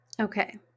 Okay